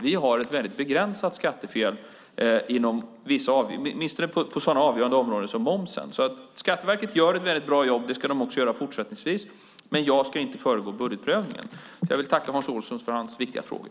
Vi har ett begränsat skattefel åtminstone på sådana avgörande områden som momsen. Skatteverket gör ett bra jobb, och det ska man göra också fortsättningsvis, men jag ska inte föregå budgetprövningen. Jag vill tacka Hans Olsson för hans viktiga frågor.